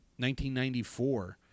1994